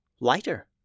lighter